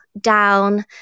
down